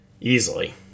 Easily